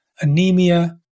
anemia